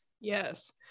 Yes